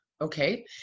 Okay